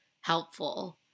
helpful